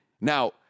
Now